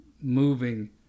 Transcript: moving—